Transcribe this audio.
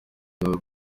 y’u